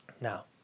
Now